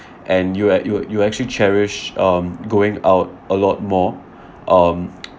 and you act~ you you actually cherish um going out a lot more um